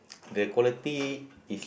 the quality if